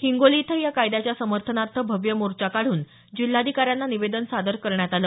हिंगोली इथंही या कायद्याच्या समर्थनार्थ भव्य मोर्चा काढून जिल्हाधिकाऱ्यांना निवेदन सादर करण्यात आलं